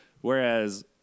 Whereas